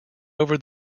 over